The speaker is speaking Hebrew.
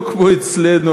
לא כמו אצלנו,